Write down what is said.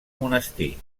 monestir